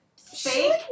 fake